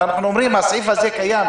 אנחנו אומרים שהסעיף הזה קיים.